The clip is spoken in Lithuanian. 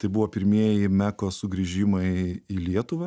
tai buvo pirmieji meko sugrįžimai į lietuvą